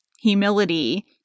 humility